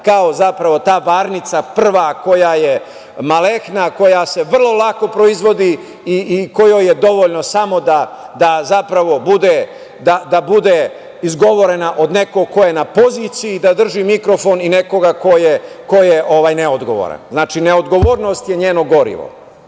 kao ta varnica prva koja je malecna, koja je vrlo lako proizvodi i kojoj je dovoljno samo da bude izgovorena od nekog ko je na poziciji, da drži mikrofon i nekoga ko je neodgovoran. Znači, neodgovornost je njeno gorivo.